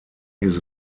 his